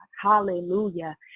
Hallelujah